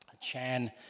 Chan